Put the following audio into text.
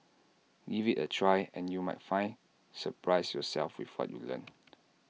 give IT A try and you might find surprise yourself with what you learn